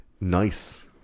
nice